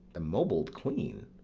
the mobled queen?